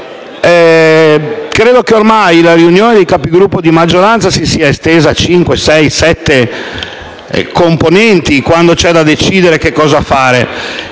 Credo che ormai la riunione dei Capigruppo di maggioranza si sia estesa a sei o sette componenti quando c'è da decidere cosa fare.